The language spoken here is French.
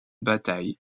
bataille